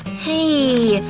hey!